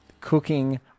cooking